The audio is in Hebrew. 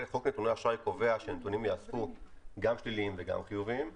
חוק נתוני אשראי קובע שנתונים גם שליליים וגם חיוביים יאספו.